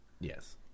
Yes